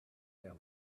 their